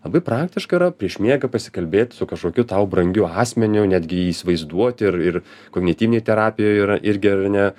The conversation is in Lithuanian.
labai praktiška yra prieš miegą pasikalbėt su kažkokiu tau brangiu asmeniu netgi jį įsivaizduoti ir ir kognityvinėj terapijoj yra irgi ar ne